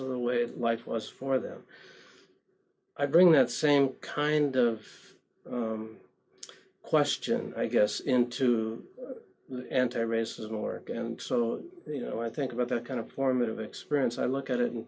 of the way life was for them i bring that same kind of question i guess into anti racism work and so you know i think about that kind of formative experience i look at it in